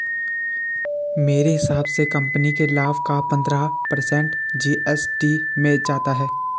मेरे हिसाब से कंपनी के लाभ का पंद्रह पर्सेंट जी.एस.टी में जाता है